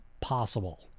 possible